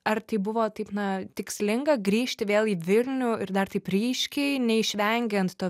ar tai buvo taip na tikslinga grįžti vėl į vilnių ir dar taip ryškiai neišvengiant to